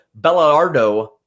Bellardo